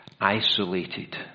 isolated